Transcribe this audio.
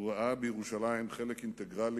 הוא ראה בירושלים חלק אינטגרלי,